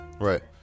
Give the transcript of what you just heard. Right